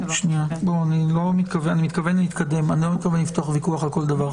אני מתכוון להתקדם, ולא לפתוח ויכוח על כל דבר.